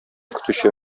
көтүче